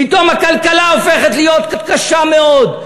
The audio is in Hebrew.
פתאום הכלכלה הופכת להיות קשה מאוד,